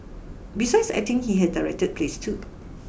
besides acting he had directed plays too